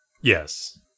Yes